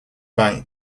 bank